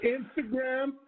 Instagram